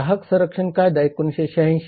ग्राहक संरक्षण कायदा 1986